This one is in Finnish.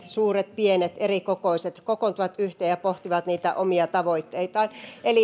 suuret pienet erikokoiset kokoontuvat yhteen ja pohtivat niitä omia tavoitteitaan